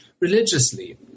religiously